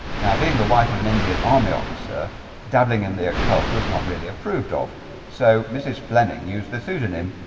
now being the wife of an indian army officer dabbling in the occult was not really approved of so mrs. fleming used the pseudonym,